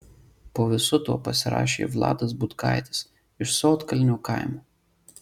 po visu tuo pasirašė vladas butkaitis iš sodkalnio kaimo